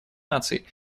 наций